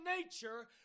nature